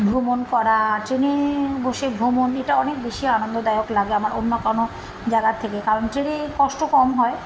ভ্রমণ করা ট্রেনে বসে ভ্রমণ এটা অনেক বেশি আনন্দদায়ক লাগে আমার অন্য কোনো জায়গার থেকে কারণ ট্রেনে কষ্ট কম হয়